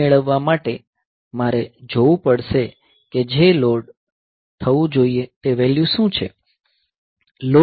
તે મેળવવા માટે મારે જોવું પડશે કે જે લોડ થવું જોઈએ તે વેલ્યુ શું છે